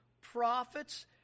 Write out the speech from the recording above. prophets